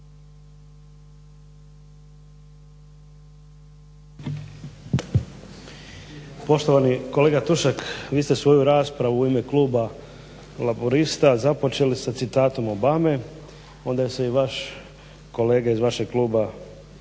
Poštovani kolega Tušak vi ste svoju raspravu u ime kluba Laburista započeli sa citatom Obame, onda se i vaš kolega iz kluba